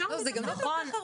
זה גם נכון.